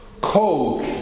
Coke